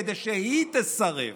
כדי שהיא תסרב.